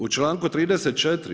U članku 34.